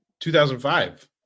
2005